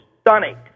stunning